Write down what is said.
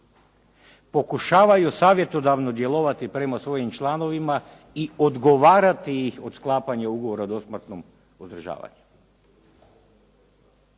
pokušavaju savjetodavno djelovati prema svojim članovima i odgovarati ih od sklapanja ugovora o ../Govornik